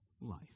life